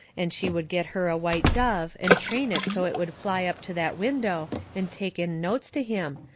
and she would get her a white dove and train it so it would fly up to that window and take in notes to him,